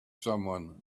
someone